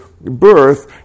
birth